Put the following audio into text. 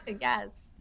Yes